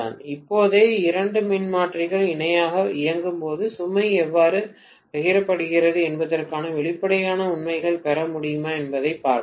இப்போதே இரண்டு மின்மாற்றிகள் இணையாக இயங்கும்போது சுமை எவ்வாறு பகிரப்படுகிறது என்பதற்கான வெளிப்பாடுகளை உண்மையில் பெற முடியுமா என்பதைப் பார்ப்போம்